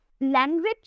language